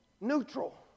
neutral